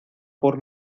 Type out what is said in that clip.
por